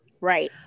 right